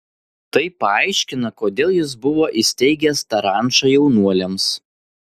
tai paaiškina kodėl jis buvo įsteigęs tą rančą jaunuoliams